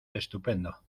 estupendo